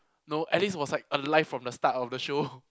no Alice was like alive from the start of the show